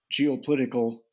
geopolitical